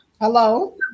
Hello